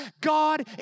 God